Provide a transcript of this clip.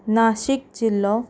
नाशीक जिल्लो